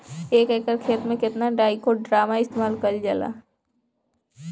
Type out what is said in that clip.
एक एकड़ खेत में कितना ट्राइकोडर्मा इस्तेमाल कईल जाला?